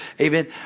Amen